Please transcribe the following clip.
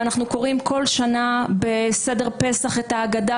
ואנחנו קוראים כל שנה בסדר פסח את ההגדה